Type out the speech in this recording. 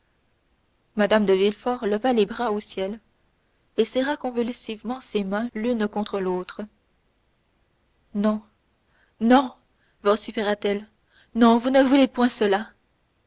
mme de villefort leva les bras au ciel et serra convulsivement ses mains l'une contre l'autre non non vociféra t elle non vous ne voulez point cela